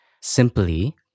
Simply